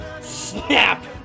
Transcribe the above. SNAP